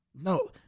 No